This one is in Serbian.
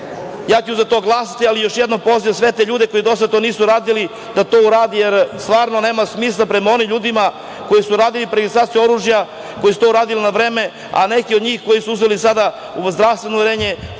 Ja ću za to glasati, ali još jednom pozivam sve te ljude koji do sada to nisu uradili da to urade, jer stvarno nema smisla prema onim ljudima koji su radili preregistraciju oružja, koji su to uradili na vreme, a neki od njih, koji su uzeli sada zdravstveno uverenje,